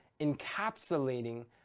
encapsulating